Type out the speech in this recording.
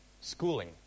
schooling